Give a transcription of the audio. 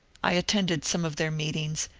i attended some of their meetings,